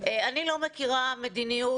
אני לא מכירה מדיניות,